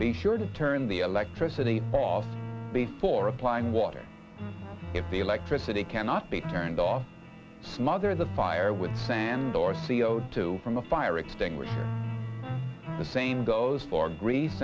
be sure to turn the electricity off before applying water if the electricity cannot be turned off smother the fire with sand or c o two from a fire extinguisher the same goes for grease